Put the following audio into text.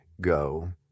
go